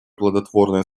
плодотворное